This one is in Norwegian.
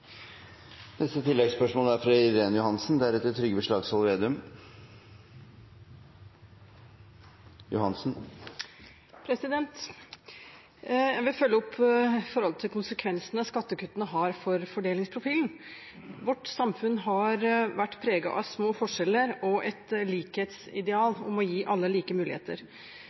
Johansen – til oppfølgingsspørsmål. Jeg vil følge opp forholdet til konsekvensene som skattekuttene har for fordelingsprofilen. Vårt samfunn har vært preget av små forskjeller og et likhetsideal om å gi alle like muligheter.